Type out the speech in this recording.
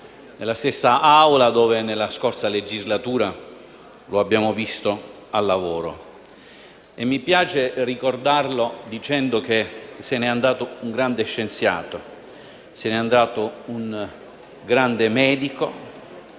la stessa dove nella scorsa legislatura lo abbiamo visto al lavoro. Mi piace ricordarlo dicendo che se ne è andato un grande scienziato, un grande medico;